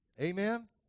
Amen